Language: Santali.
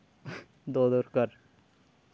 ᱫᱚᱦᱚ ᱫᱚᱨᱠᱟᱨ